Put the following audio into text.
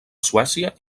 suècia